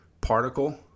particle